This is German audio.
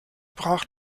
brach